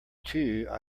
two